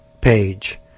page